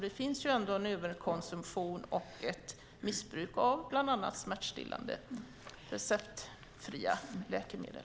Det finns ändå en överkonsumtion och ett missbruk av bland annat receptfria smärtstillande läkemedel.